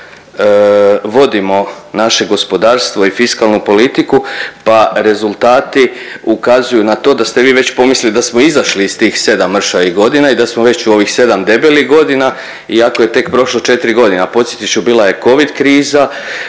vodimo naše gospodarstvo i fiskalnu politiku, pa rezultati ukazuju na to da ste vi već pomislili da smo izašli ih tih 7 mršavih godina i da smo već u ovih 7 debelih godina, iako je tek prošlo 4 godine, a podsjetit ću bila je covid kriza,